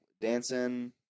Dancing